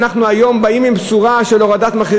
היום אנחנו באים עם בשורה של הורדת מחיר